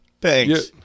Thanks